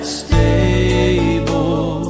stable